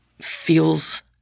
feels